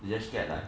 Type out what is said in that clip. you just scared like